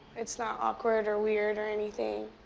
it's not awkward or weird or anything.